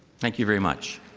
thank you very much.